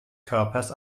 körpers